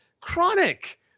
Chronic